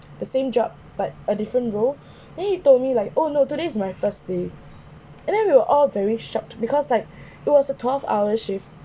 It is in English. the same job but a different role then he told me like oh no today is my first day and then we were all very shocked because like it was a twelve hour shift